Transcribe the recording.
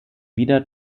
wieder